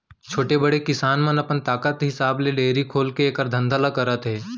छोटे, बड़े किसान मन अपन ताकत हिसाब ले डेयरी खोलके एकर धंधा ल करत हें